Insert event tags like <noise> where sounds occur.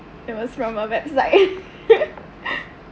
it was from a website <laughs>